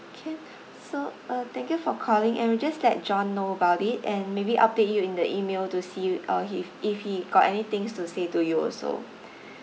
can so uh thank you for calling and we just let john know about it and maybe update you in the email to see uh if if he got any things to say to you also